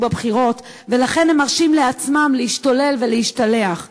בבחירות ולכן הם מרשים לעצמם להשתולל ולהשתלח.